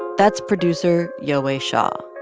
that's producer yowei shaw